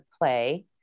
play